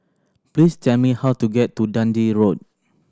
please tell me how to get to Dundee Road